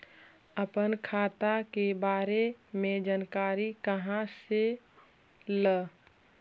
अपन खाता के बारे मे जानकारी कहा से ल?